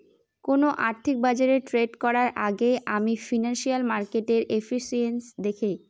কোন আর্থিক বাজারে ট্রেড করার আগেই আমি ফিনান্সিয়াল মার্কেটের এফিসিয়েন্সি দেখি